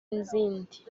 n’izindi